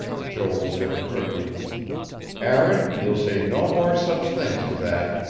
joel said curtly aaron, ye'll say no more such things as that.